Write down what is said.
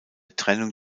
trennung